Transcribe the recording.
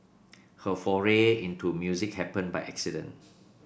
her foray into music happened by accident